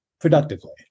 productively